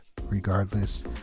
regardless